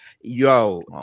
yo